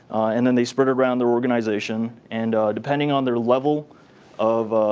and then they spread it around their organization. and depending on their level of